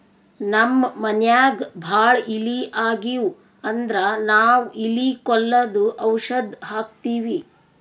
ನಮ್ಮ್ ಮನ್ಯಾಗ್ ಭಾಳ್ ಇಲಿ ಆಗಿವು ಅಂದ್ರ ನಾವ್ ಇಲಿ ಕೊಲ್ಲದು ಔಷಧ್ ಹಾಕ್ತಿವಿ